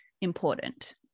important